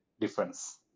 difference